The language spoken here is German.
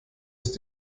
ist